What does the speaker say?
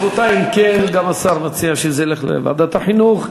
רבותי, אם כן, גם השר מציע שזה ילך לוועדת החינוך.